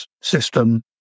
system